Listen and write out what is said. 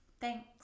Thanks